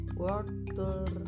water